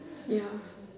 ya